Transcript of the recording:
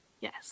Yes